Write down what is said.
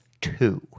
two